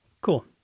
Cool